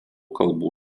kalbų